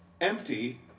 empty